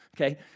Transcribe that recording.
Okay